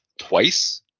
twice